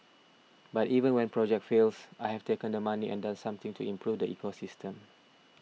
but even when projects fails I have taken the money and done something to improve the ecosystem